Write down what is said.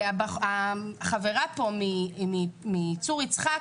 החברה מצור יצחק